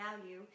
value